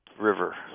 river